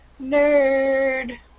nerd